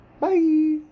Bye